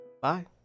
Bye